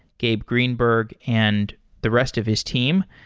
gabe greenberg, and the rest of his team.